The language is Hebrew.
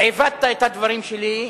עיוותת את הדברים שלי,